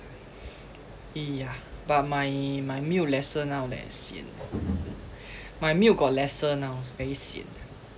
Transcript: yeah but my my milk lesser now leh sian my milk got lesser now very sian